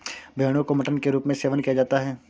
भेड़ो का मटन के रूप में सेवन किया जाता है